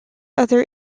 other